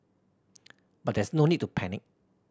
but there is no need to panic